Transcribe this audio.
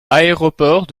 aéroport